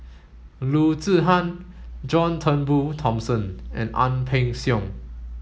Loo Zihan John Turnbull Thomson and Ang Peng Siong